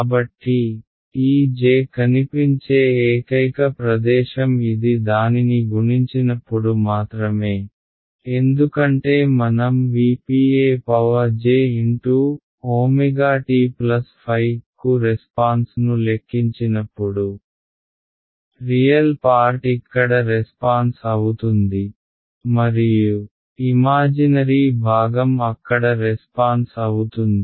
కాబట్టి ఈ j కనిపించే ఏకైక ప్రదేశం ఇది దానిని గుణించినప్పుడు మాత్రమే ఎందుకంటే మనం V p ej ω t ϕ కు రెస్పాన్స్ ను లెక్కించినప్పుడు రియల్ పార్ట్ ఇక్కడ రెస్పాన్స్ అవుతుంది మరియు ఇమాజినరీ భాగం అక్కడ రెస్పాన్స్ అవుతుంది